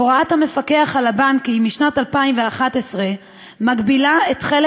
הוראת המפקח על הבנקים משנת 2011 מגבילה את חלק